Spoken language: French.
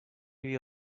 huit